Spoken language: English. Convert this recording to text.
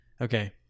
Okay